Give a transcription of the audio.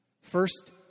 First